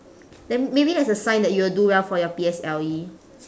then maybe that's a sign that you will do well for your P_S_L_E